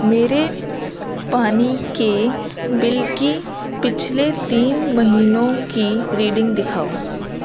میرے پانی کے بل کی پچھلے تین مہینوں کی ریڈنگ دکھاؤ